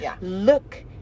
Look